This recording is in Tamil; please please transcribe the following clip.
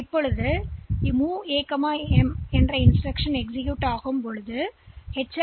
இப்போது இந்த இன்ஸ்டிரக்ஷன்MOV A M எனவே இங்கே இது எச்